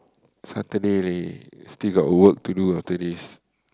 Saturday leh still got work to do after this